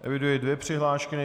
Eviduji dvě přihlášky.